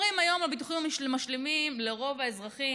אומרים, היום הביטוחים המשלימים הם לרוב האזרחים.